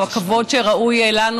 בכבוד שראוי לנו,